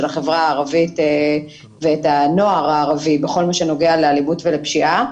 החברה הערבית ואת הנוער הערבי בכל מה שנוגע לאלימות ולפשיעה.